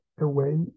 away